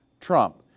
trump